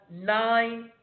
nine